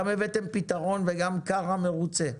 גם הבאתם פתרון וגם קארה מרוצה.